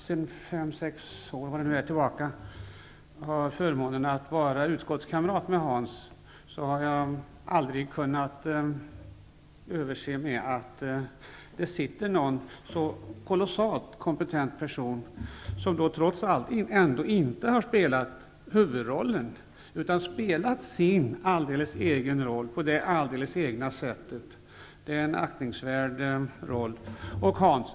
Sedan fem sex år tillbaka har jag haft förmånen att var utskottskamrat med Hans Lindblad, och jag har aldrig kunnat bortse från att det i utskottet sitter en så kolossalt kompetent person, som ändå inte har spelat huvudrollen, utan spelat sin alldeles egen roll, på sitt alldeles egna sätt. Det är en aktningsvärd roll. Hans!